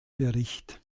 bericht